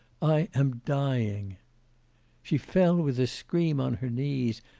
i am dying she fell with a scream on her knees,